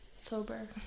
sober